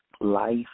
Life